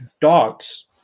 dogs